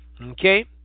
Okay